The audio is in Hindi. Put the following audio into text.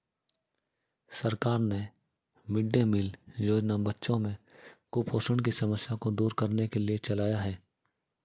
सरकार ने मिड डे मील योजना बच्चों में कुपोषण की समस्या को दूर करने के लिए चलाया है